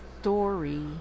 story